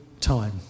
time